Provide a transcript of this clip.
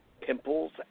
pimples